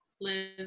live